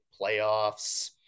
playoffs